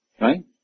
Right